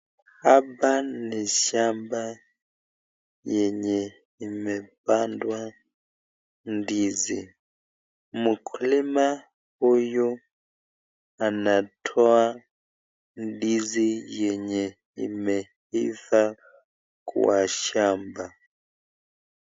Hapa ni shamba yenye imepandwa ndizi, mkulima huyu anatoa ndizi yenye imeifaa kwa shamba.